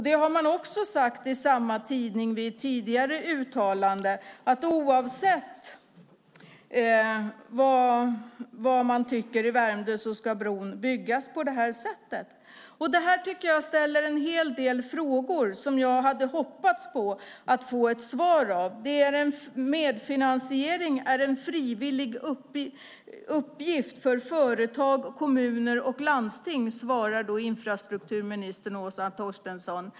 De har i samma tidning, i ett tidigare uttalande, sagt att bron ska byggas på detta sätt oavsett vad man tycker i Värmdö. Detta ställer en hel del frågor som jag hade hoppats få ett svar på. Medfinansiering är en frivillig uppgift för företag, kommuner och landsting, svarar infrastrukturminister Åsa Torstensson.